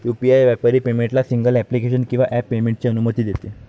UPI व्यापारी पेमेंटला single application किंवा ॲप पेमेंटची अनुमती देते